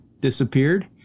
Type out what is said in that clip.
disappeared